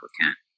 applicant